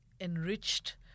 enriched